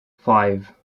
five